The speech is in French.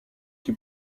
qui